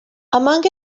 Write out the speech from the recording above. among